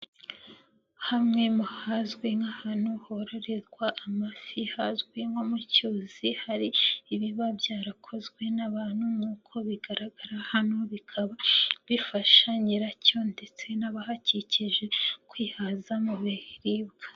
Hamwe mu hazwi nk'ahantu hororerwa amafi, hazwi nko mu cyuzi, hari ibiba byarakozwe n'abantu, nk'uko bigaragara hano bikaba bifasha nyiracyo ndetse n'abahakikije, kwihaza mu biribwa.